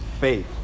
faith